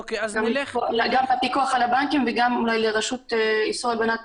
גם לפיקוח על הבנקים וגם אולי לרשות איסור הלבנת